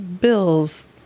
bills